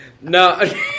No